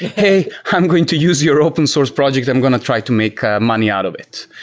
hey, i'm going to use your open source project. i'm going to try to make money out of it.